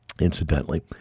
incidentally